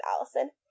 allison